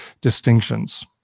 distinctions